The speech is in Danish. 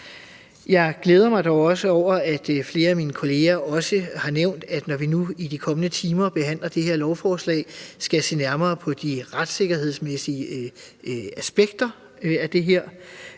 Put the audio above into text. Jeg glæder mig da over, at flere af mine kolleger også har nævnt, at vi, når vi nu i de kommende timer behandler det her lovforslag, skal se nærmere på de retssikkerhedsmæssige aspekter i det.